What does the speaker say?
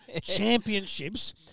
championships